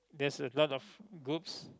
there's a lot of groups